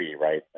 right